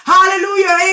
Hallelujah